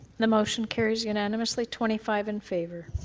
the motion carres unanimously twenty five in favor.